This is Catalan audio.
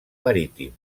marítim